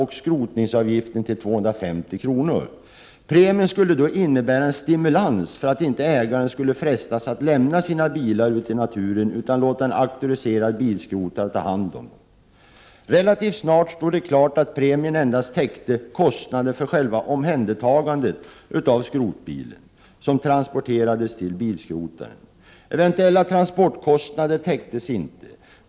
och skrotningsavgiften till 250 kr. Premien skulle då innebära en stimulans för att inte bilägare skulle frestas att lämna sina bilar ute i naturen utan låta en auktoriserad bilskrotare ta hand om dem. Relativt snart stod det klart att premien endast täckte kostnaden för själva omhändertagandet av den skrotbil som transporterades till bilskrotaren. Eventuella transportkostnader täcktes inte.